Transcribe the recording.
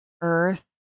earth